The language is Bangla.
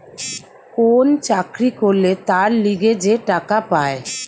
কোন চাকরি করলে তার লিগে যে টাকা পায়